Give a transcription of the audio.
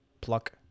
pluck